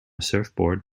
surfboard